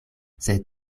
sed